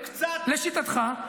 לשיטתך,